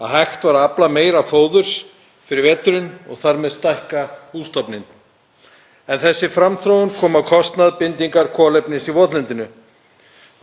Á sama tíma hefur framþróun í slætti orsakað það að mörg þessara svæða sem umbreyttust úr votlendi í tún eru nú aftur komin í órækt.